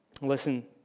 Listen